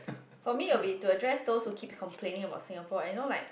for me will be to address those who keep complaining about Singapore and you know like